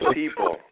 people